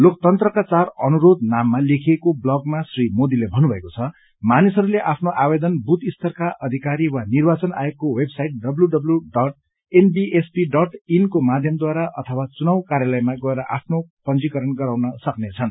लोकतन्त्रका चार अनुरोध नाममा लेखिएको ब्लगमा श्री मोदीले भव्रुभएको छ मानिसहरूले आफ्नो आवेदन बूथ स्तरका अधिकारी वा निर्वाचन आयोगको वेबसाइट डब्ल्यूडब्लयूडत्ब्यू एनबीएसपीइन को माध्यमद्वारा अथवा चुनाव कार्यालयमा पनि गएर आफ्नो पंजीकरण गराउन सक्नेछन्